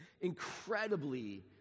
incredibly